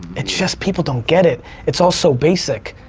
it's just people don't get it, it's all so basic.